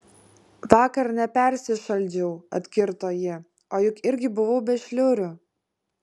vakar nepersišaldžiau atkirto ji o juk irgi buvau be šliurių